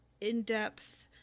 in-depth